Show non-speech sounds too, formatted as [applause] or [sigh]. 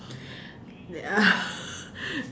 [laughs]